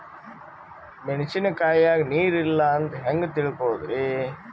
ಮೆಣಸಿನಕಾಯಗ ನೀರ್ ಇಲ್ಲ ಅಂತ ಹೆಂಗ್ ತಿಳಕೋಳದರಿ?